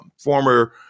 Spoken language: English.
Former